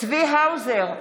צבי האוזר,